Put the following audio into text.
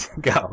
go